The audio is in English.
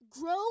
grow